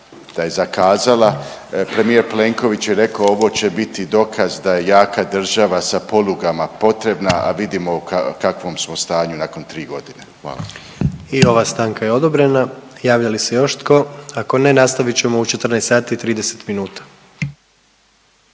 da je zakazala. Premijer Plenković je rekao ovo će biti dokaz da je jaka država sa polugama potrebna, a vidimo u kakvom smo stanju nakon tri godine. Hvala. **Jandroković, Gordan (HDZ)** I ova stanka je odobrena. Javlja li se još tko? Ako ne, nastavit ćemo u 14 sati i 30 minuta.